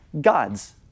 God's